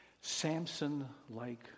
Samson-like